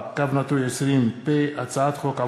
פ/1941/20 וכלה בהצעת חוק פ/2031/20,